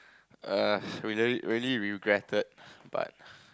err really really regretted but